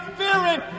fearing